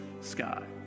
sky